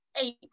eight